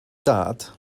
dad